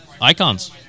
icons